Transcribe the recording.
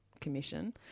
commission –